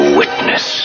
witness